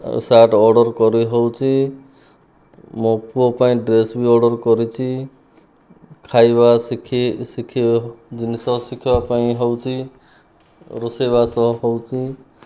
shirt order କରିହେଉଛି ମୋ ପୁଅ ପାଇଁ ଡ୍ରେସ୍ ବି ଅର୍ଡ଼ର କରିଛି ଖାଇବା ଶିଖି ଶିଖି ଜିନିଷ ଶିଖିବା ପାଇଁ ହେଉଛି ରୋଷେଇବାଷ ହେଉଛି